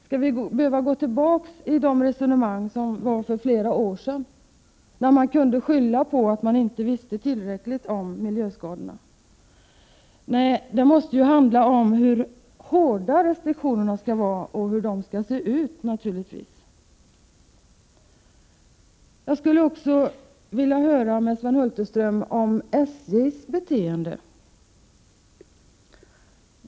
Skall vi behöva gå tillbaka till de resonemang som fördes för flera år sedan, när man kunde skylla på att man inte visste tillräckligt om miljöskadorna? Nej, det måste naturligtvis handla om hur hårda restriktionerna skall vara och hur de skall se ut. Jag vill också fråga Sven Hulterström om SJ:s beteende.